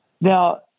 Now